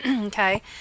okay